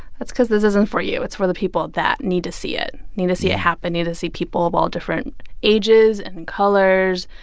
that's because this isn't for you. it's for the people that need to see it need to see it happen, need to see people of all different ages and colors,